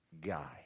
guy